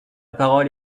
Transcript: parole